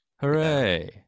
Hooray